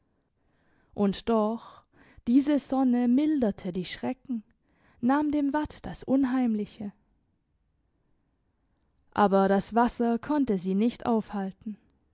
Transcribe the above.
und doch diese sonne milderte die schrecken nahm dem watt das unheimliche aber das wasser konnte sie nicht aufhalten